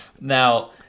Now